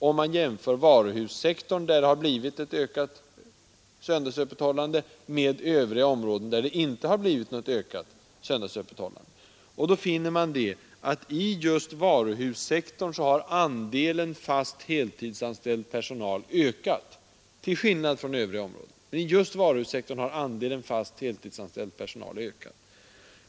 Om man jämför varuhussektorn, där det har blivit ett ökat söndagsöppethållande, med övriga områden, där det inte har blivit något ökat söndagsöppethållande, så finner man att just i varuhussektorn har andelen fast heltidsanställd personal ökat, till skillnad från vad som skett på övriga områden.